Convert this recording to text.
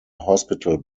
hospital